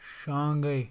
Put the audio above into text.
Shanghai